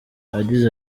yagize